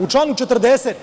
U članu 40.